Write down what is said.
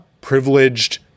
privileged